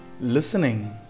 Listening